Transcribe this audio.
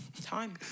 time